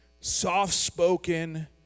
soft-spoken